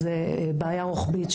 זו בעיה רוחבית,